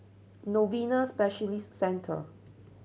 Novena Specialist Centre